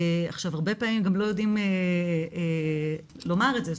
עכשיו, הרבה פעמים גם לא יודעים לומר את זה.